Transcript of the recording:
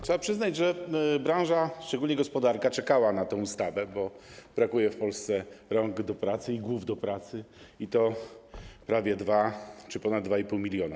Trzeba przyznać, że branża, szczególnie gospodarka czekała na tę ustawę, bo brakuje w Polsce rąk do pracy i głów do pracy, i to prawie 2 czy ponad 2,5 mln.